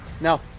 No